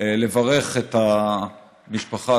לברך את המשפחה,